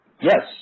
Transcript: Yes